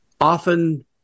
often